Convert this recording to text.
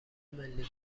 ملی